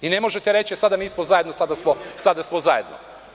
Ne možete reći – sada nismo zajedno, sada smo zajedno.